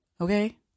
okay